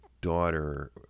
daughter